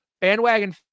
Bandwagon